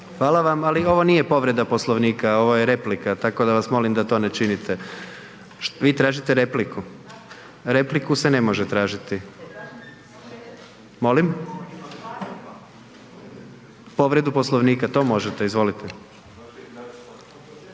Hvala vam, ali ovo nije povreda Poslovnika, ovo je replika, tako da vas molim da to ne činite. Vi tražite repliku? …/Upadica: Da/… Repliku se ne može tražiti. …/Upadica se ne razumije/…Molim?